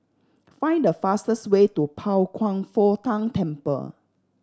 find the fastest way to Pao Kwan Foh Tang Temple